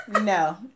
No